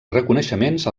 reconeixements